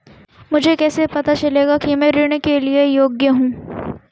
मुझे कैसे पता चलेगा कि मैं ऋण के लिए योग्य हूँ?